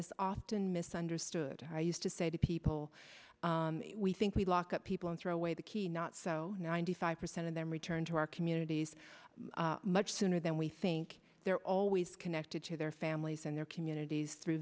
is often misunderstood or used to say to people we think we lock up people and throw away the key not so ninety five percent of them return to our communities much sooner than we think they're always connected to their families and their communities through